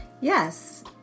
Yes